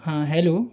हाँ हेलो